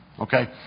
Okay